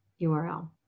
URL